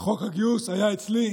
הגיוס היה אצלי,